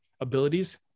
abilities